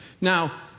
Now